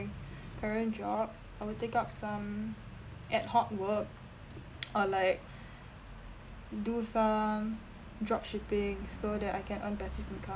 current job I will take up some ad-hoc work or like do some dropshipping so that I can earn passive income